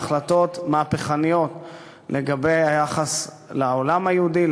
החלטות מהפכניות לגבי היחס לעולם היהודי,